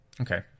Okay